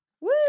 Woo